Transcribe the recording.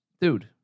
dude